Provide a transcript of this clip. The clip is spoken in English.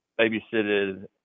babysitted